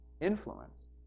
influence